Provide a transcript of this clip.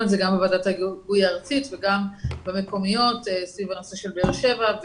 את זה גם בוועדת ההיגוי הארצית וגם במקומיות סביב הנושא של באר שבע.